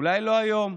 אולי לא היום,